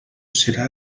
serà